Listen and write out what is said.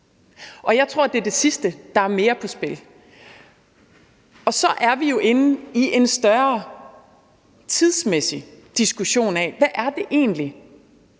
Jeg tror mere, det er det sidste, der er på spil. Og så er vi jo inde i en større tidsmæssig diskussion af, hvad det egentlig